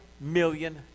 million